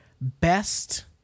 best